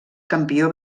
campió